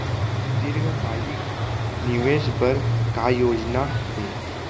दीर्घकालिक निवेश बर का योजना हे?